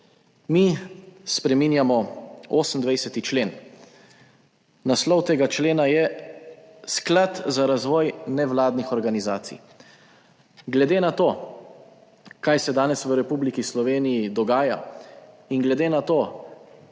Mi spreminjamo 28. člen, naslov tega člena je Sklad za razvoj nevladnih organizacij. Glede na to, kaj se danes v Republiki Sloveniji dogaja in glede na to,